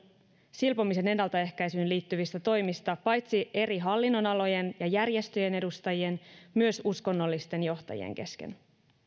silpomisen ennaltaehkäisyyn liittyvistä toimista paitsi eri hallinnonalojen ja järjestöjen edustajien myös uskonnollisten johtajien kesken